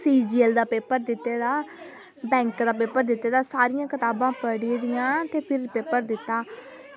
CGL दा paper दित्ते दा बैंक दा पेपर दित्ते दा सारियां कताबां पढ़ी दियां फिर पेपर दित्ते दा